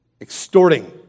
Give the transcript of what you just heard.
extorting